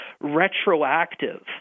retroactive